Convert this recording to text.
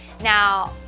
Now